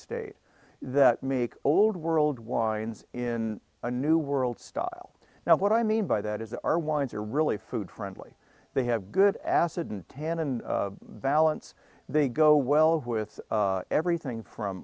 state that make old world wines in a new world style now what i mean by that is that our wines are really food friendly they have good acid and tan and balance they go well with everything from